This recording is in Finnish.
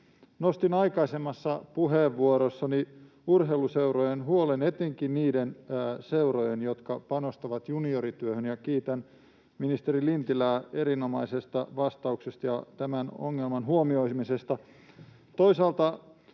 Nostin aikaisemmassa puheenvuorossani urheiluseurojen huolen — etenkin niiden seurojen, jotka panostavat juniorityöhön — ja kiitän ministeri Lintilää erinomaisesta vastauksesta ja tämän ongelman huomioimisesta.